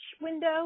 window